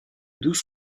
douze